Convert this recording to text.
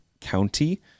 County